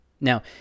Now